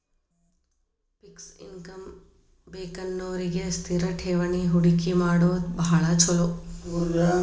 fix income ಬೇಕನ್ನೋರಿಗಿ ಸ್ಥಿರ ಠೇವಣಿ ಹೂಡಕಿ ಮಾಡೋದ್ ಭಾಳ್ ಚೊಲೋ